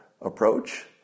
approach